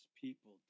people